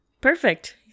perfect